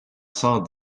cent